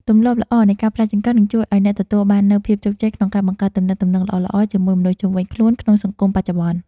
ទម្លាប់ល្អនៃការប្រើចង្កឹះនឹងជួយឱ្យអ្នកទទួលបាននូវភាពជោគជ័យក្នុងការបង្កើតទំនាក់ទំនងល្អៗជាមួយមនុស្សជុំវិញខ្លួនក្នុងសង្គមបច្ចុប្បន្ន។